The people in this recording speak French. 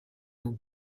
nous